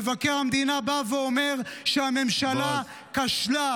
מבקר המדינה אומר שהממשלה כשלה.